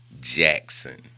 Jackson